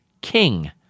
king